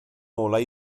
ngolau